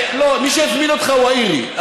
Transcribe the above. לא, מי שהזמין אותך הוא האירי.